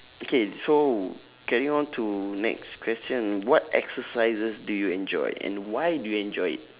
okay so carry on to next question what exercises do you enjoy and why do you enjoy it